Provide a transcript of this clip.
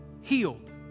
healed